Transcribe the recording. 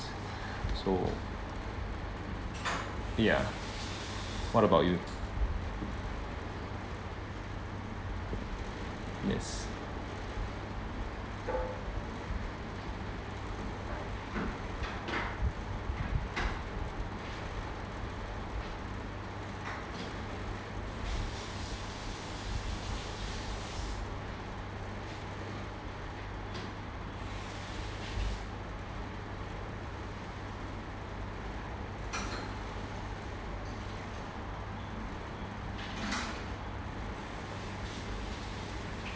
so ya what about you yes